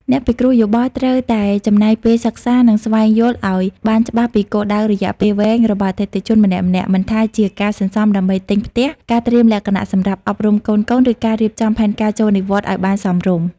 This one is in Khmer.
អ្នកពិគ្រោះយោបល់ត្រូវតែចំណាយពេលសិក្សា និងស្វែងយល់ឱ្យបានច្បាស់ពីគោលដៅរយៈពេលវែងរបស់អតិថិជនម្នាក់ៗ មិនថាជាការសន្សំដើម្បីទិញផ្ទះ ការត្រៀមលក្ខណៈសម្រាប់អប់រំកូនៗ ឬការរៀបចំផែនការចូលនិវត្តន៍ឱ្យបានសមរម្យ។